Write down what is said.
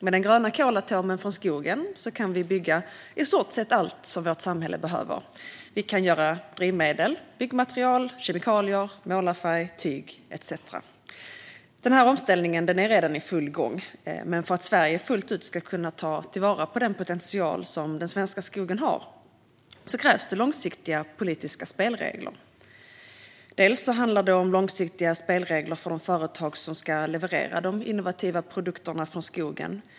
Med den gröna kolatomen från skogen kan vi skapa i stort sett allt vårt samhälle behöver. Vi kan göra drivmedel, byggmaterial, kemikalier, målarfärg, tyg etcetera. Denna omställning är redan i full gång. Men för att Sverige fullt ut ska kunna ta till vara den potential som den svenska skogen har krävs långsiktiga politiska spelregler. Det handlar om långsiktiga spelregler för de företag som ska leverera de innovativa produkterna från skogen.